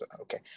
Okay